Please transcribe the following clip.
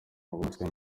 umuswa